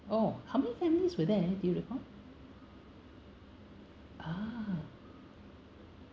oh how many families were there do you recall ah